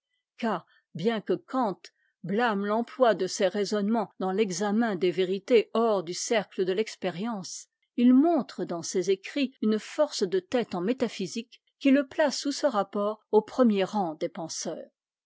car bien que kant blâme l'emploi de ces raisonnements dans l'examen des vérités hors du cercle de l'expérience il montre dans ses écrits une force de tête en métaphysique qui le place sous ce rapport au premier rang des penseurs